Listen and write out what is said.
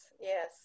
yes